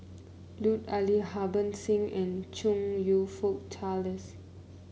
Lut Ali Harbans Singh and Chong You Fook Charles